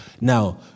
Now